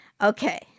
Okay